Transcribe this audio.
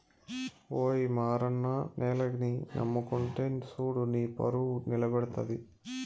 ఓయి మారన్న నేలని నమ్ముకుంటే సూడు నీపరువు నిలబడతది